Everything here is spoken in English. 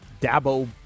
Dabo